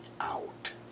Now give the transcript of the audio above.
out